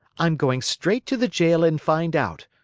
i'm going straight to the jail and find out.